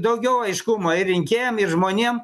daugiau aiškumo ir rinkėjam ir žmonėm